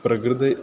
प्रकृते